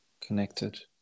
connected